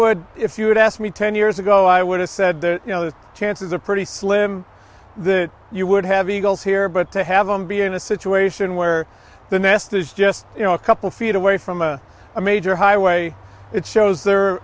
od if you'd asked me ten years ago i would have said you know the chances are pretty slim the you would have eagles here but to have them be in a situation where the nest is just you know a couple feet away from a major highway it shows their